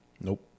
Nope